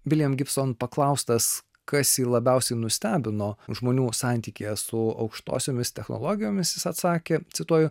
william gibson paklaustas kas jį labiausiai nustebino žmonių santykyje su aukštosiomis technologijomis jis atsakė cituoju